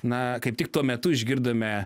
na kaip tik tuo metu išgirdome